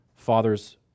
father's